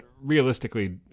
realistically